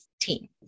team